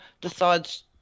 decides